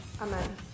Amen